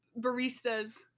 baristas